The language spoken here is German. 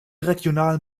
regionalen